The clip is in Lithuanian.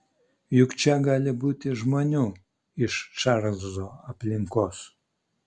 juk čia gali būti žmonių iš čarlzo aplinkos